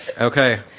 Okay